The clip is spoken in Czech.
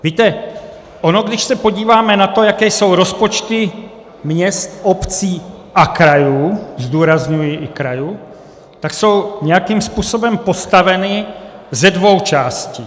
Víte, ono když se podíváme na to, jaké jsou rozpočty měst, obcí a krajů zdůrazňuji i krajů tak jsou nějakým způsobem postaveny ze dvou částí.